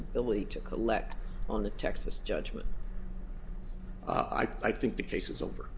ability to collect on the texas judgment i think the case is over